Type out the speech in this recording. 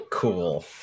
cool